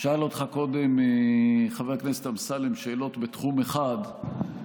שאל אותך קודם חבר הכנסת אמסלם שאלות בתחום אחד,